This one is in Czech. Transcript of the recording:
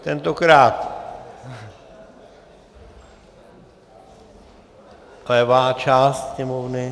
Tentokrát levá část sněmovny...